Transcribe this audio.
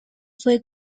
fue